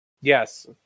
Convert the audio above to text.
Yes